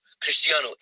Cristiano